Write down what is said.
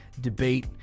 debate